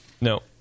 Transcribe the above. No